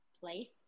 place